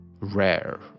rare